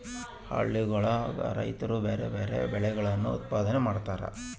ಹಳ್ಳಿಗುಳಗ ರೈತ್ರು ಬ್ಯಾರೆ ಬ್ಯಾರೆ ಬೆಳೆಗಳನ್ನು ಉತ್ಪಾದನೆ ಮಾಡತಾರ